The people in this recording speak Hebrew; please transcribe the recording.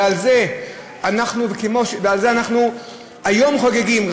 ועל זה אנחנו היום חוגגים,